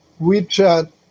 WeChat